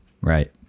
right